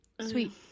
sweet